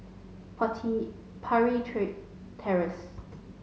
party Parry tree Terrace